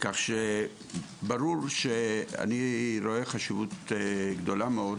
כך שברור שאני רואה חשיבות גדולה מאוד